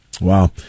Wow